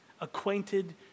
acquainted